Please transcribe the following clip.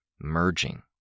Merging